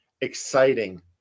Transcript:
exciting